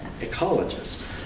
ecologist